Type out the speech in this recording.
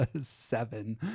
seven